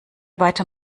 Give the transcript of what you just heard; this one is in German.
weiter